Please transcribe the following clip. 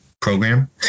program